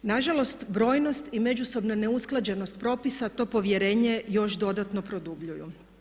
Nažalost brojnost i međusobna neusklađenost propisa to povjerenje još dodatno produbljuju.